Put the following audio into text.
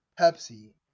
Pepsi